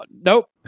nope